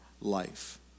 life